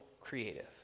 creative